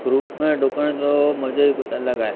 group में डुकण जो मज़ो ई कुझु अलॻि आहे